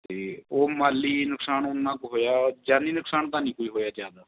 ਅਤੇ ਉਹ ਮਾਲੀ ਨੁਕਸਾਨ ਉਨਾਂ ਕੁ ਹੋਇਆ ਜਾਨੀ ਨੁਕਸਾਨ ਤਾਂ ਨਹੀਂ ਕੋਈ ਹੋਇਆ ਜ਼ਿਆਦਾ